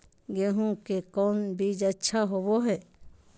गेंहू के कौन बीज अच्छा होबो हाय?